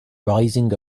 rising